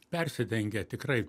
persidengia tikrai